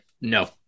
No